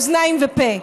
אוזניים ופה.